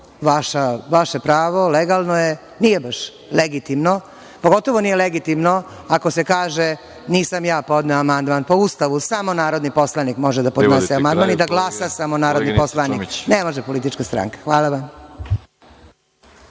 Vaše pravo legalno je, nije baš legitimno, pogotovo nije legitimno ako se kaže - nisam ja podneo amandman. Po Ustavu samo narodni poslanik može da podnese amandman i da glasa samo narodni poslanik, ne može politička stanka. Hvala vam.